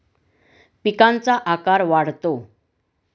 पिकांचा आकार वाढतो